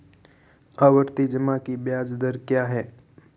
आवर्ती जमा की ब्याज दर क्या है?